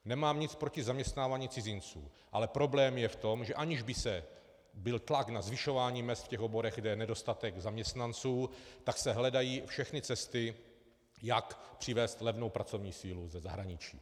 Nemám nic proti zaměstnávání cizinců, ale problém je v tom, že aniž by byl tlak na zvyšování mezd v těch oborech, kde je nedostatek zaměstnanců, tak se hledají všechny cesty, jak přivézt levnou pracovní sílu ze zahraničí.